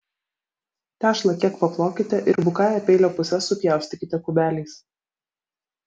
tešlą kiek paplokite ir bukąja peilio puse supjaustykite kubeliais